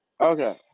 okay